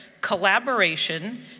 collaboration